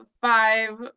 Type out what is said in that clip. five